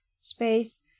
space